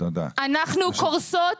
אנחנו קורסות,